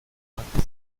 fragte